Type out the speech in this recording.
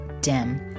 dim